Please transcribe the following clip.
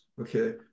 okay